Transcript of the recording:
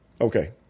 Okay